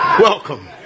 Welcome